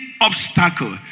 obstacle